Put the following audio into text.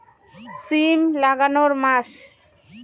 সিম লাগানোর মাস?